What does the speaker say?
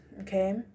okay